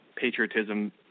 patriotism